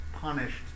punished